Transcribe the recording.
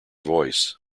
voice